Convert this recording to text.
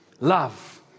Love